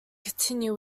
continue